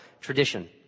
tradition